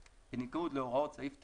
בתוקף, בניגוד להוראות סעיף 9(א).